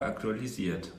aktualisiert